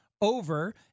over